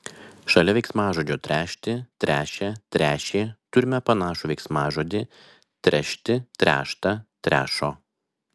šalia veiksmažodžio tręšti tręšia tręšė turime panašų veiksmažodį trešti tręšta trešo